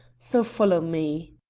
so follow me.